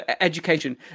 education